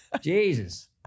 jesus